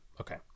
Okay